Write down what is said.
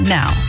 now